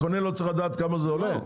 הקונה לא צריך לדעת כמה זה עולה?